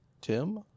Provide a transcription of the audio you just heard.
Tim